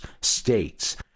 states